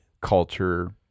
culture